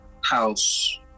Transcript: house